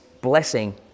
blessing